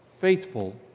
faithful